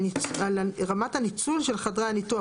על רמת הניצול של חדרי הניתוח,